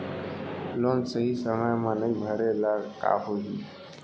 Loan सही समय मा नई भरे ले का होही?